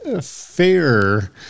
fair